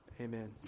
Amen